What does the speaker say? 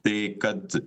tai kad